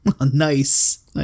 Nice